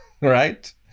Right